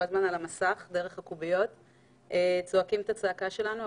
הזמן על המסך דרך הקוביות וצועקים את הצעקה שלנו.